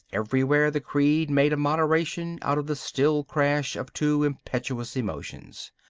everywhere the creed made a moderation out of the still crash of two impetuous emotions.